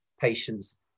patients